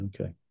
Okay